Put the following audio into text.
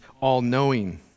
all-knowing